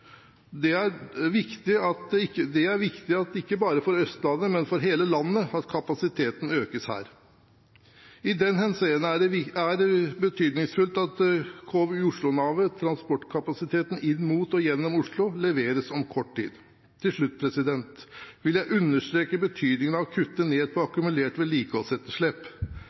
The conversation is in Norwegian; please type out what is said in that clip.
Det er viktig – ikke bare for Østlandet, men for hele landet – at kapasiteten økes her. I den henseende er det betydningsfullt at KVU Oslo-Navet – konseptutvalgsutredningen av transportkapasiteten inn mot og gjennom Oslo – leveres om kort tid. Til slutt vil jeg understreke betydningen av å kutte ned på akkumulert vedlikeholdsetterslep.